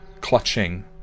clutching